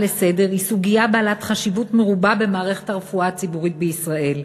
לסדר-היום היא סוגיה בעלת חשיבות מרובה במערכת הרפואה הציבורית בישראל.